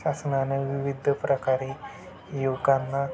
शासनाने विविध प्रकारे युवकांना